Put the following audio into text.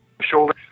shoulder